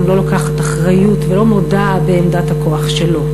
לא לוקחת אחריות ולא מודָה בעמדת הכוח שלו.